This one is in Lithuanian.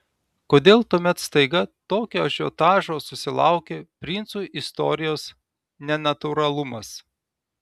kodėl tuomet staiga tokio ažiotažo susilaukė princų istorijos nenatūralumas